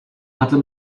hatte